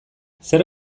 zer